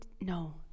no